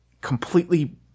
completely